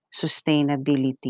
sustainability